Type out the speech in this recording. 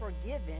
forgiven